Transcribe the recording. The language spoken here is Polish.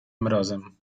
mrozem